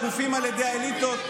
שקופים על ידי האליטות.